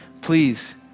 Please